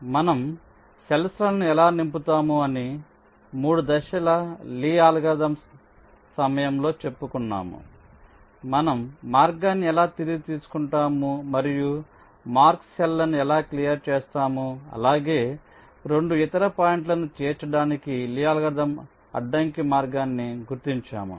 కాబట్టి మనం సెల్ఫ్ లను ఎలా నింపుతాము అని 3 దశల లీ అల్గోరిథం సమయంలో చెప్పుకున్నాము మనం మార్గాన్ని ఎలా తిరిగి తీసుకుంటాము మరియు మార్క్ సెల్ లను ఎలా క్లియర్ చేస్తాము అలాగే 2 ఇతర పాయింట్లను చేర్చడానికి లీ అల్గోరిథం అడ్డంకి మార్గాన్ని గుర్తించాము